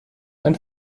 ein